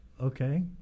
okay